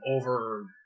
over